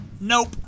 Nope